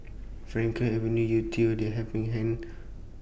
Frankel Avenue Yew Tee and The Helping Hand